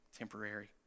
Temporary